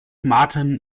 martin